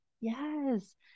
Yes